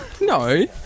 no